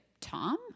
Tom